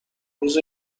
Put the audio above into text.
روز